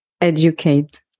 educate